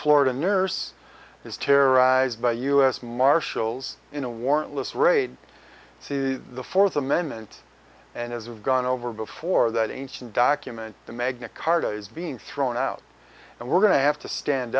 florida nurse is terrorized by u s marshals in a warrantless raid see the fourth amendment and as we've gone over before that ancient document the magna carta is being thrown out and we're going to have to stand